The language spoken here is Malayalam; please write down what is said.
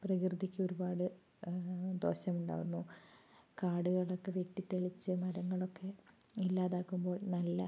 പ്രകൃതിക്ക് ഒരുപാട് ദോഷം ഉണ്ടാകുന്നു കാടുകളൊക്കെ വെട്ടിത്തെളിച്ച് മരങ്ങളൊക്കെ ഇല്ലാതാക്കുമ്പോൾ നല്ല